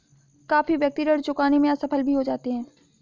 काफी व्यक्ति ऋण चुकाने में असफल भी हो जाते हैं